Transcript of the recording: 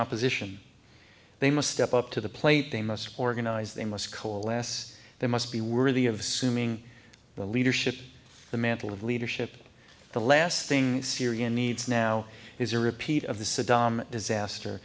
opposition they must step up to the plate they must organize they must coalesce they must be worthy of suing the leadership the mantle of leadership the last thing syria needs now is a repeat of the saddam disaster